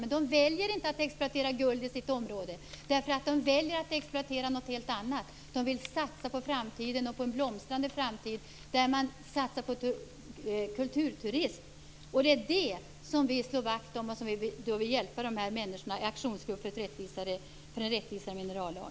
Men de väljer inte att exploatera guld i sitt område. De väljer att exploatera något helt annat. De vill satsa på framtiden, en blomstrande framtid, och på kulturturism. Det är det vi slår vakt om. Vi vill hjälpa människorna i aktionsgruppen för en rättvisare minerallag.